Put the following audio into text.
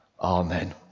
Amen